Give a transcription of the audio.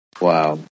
Wow